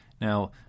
Now